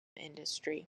industry